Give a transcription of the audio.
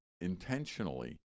intentionally